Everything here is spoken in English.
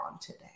today